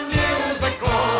musical